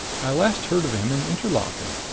i last heard of him in interlaken.